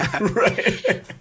right